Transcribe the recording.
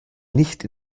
nicht